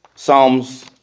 Psalms